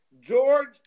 George